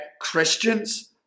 Christians